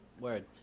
Word